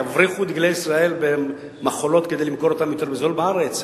יבריחו דגלי ישראל במכולות כדי למכור אותם יותר בזול בארץ?